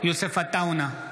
יוסף עטאונה,